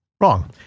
wrong